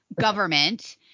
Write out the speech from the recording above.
government